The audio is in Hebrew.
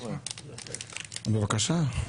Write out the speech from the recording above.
בבקשה.